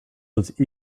those